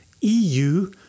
EU